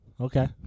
Okay